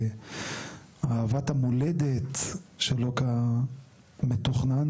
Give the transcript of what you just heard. אהבת המולדת שלא כמתוכנן,